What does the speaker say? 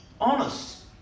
honest